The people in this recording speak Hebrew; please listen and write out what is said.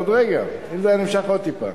עוד רגע, אם זה היה נמשך עוד טיפה.